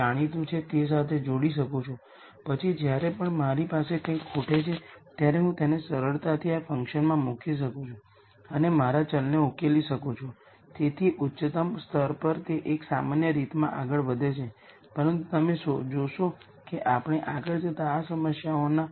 આપણે એમ પણ કહી શકીએ કે જ્યારે આઇગન વૅલ્યુઝ રીયલ છે તેઓ નોન નેગેટિવ પણ છે તે છે કે તે કાં તો 0 અથવા પોઝિટિવ હશે પરંતુ કોઈ પણ આઇગન વૅલ્યુઝ નેગેટિવ રહેશે નહીં